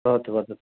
भवतु वद